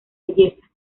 belleza